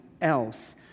else